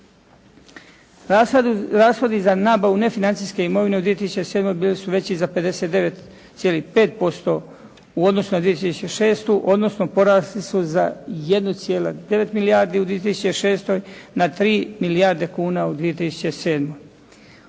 Rashodi za nabavu nefinancijske imovine u 2007. bili su veći za 59,5% u odnosu na 2006. odnosno porasli su za 1,9 milijardi u 2006. na 3 milijarde kuna u 2007.